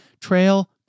trail